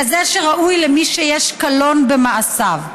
כזה שראוי למי שיש קלון במעשיו.